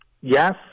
Yes